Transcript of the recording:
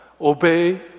Obey